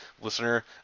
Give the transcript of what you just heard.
listener